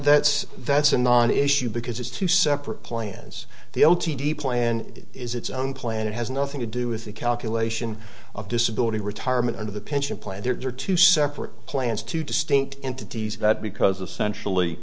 that's that's a non issue because it's two separate plans the o t v plan is its own plan it has nothing to do with the calculation of disability retirement under the pension plan there are two separate plans to distinct entities that because essentially